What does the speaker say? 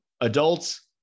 adults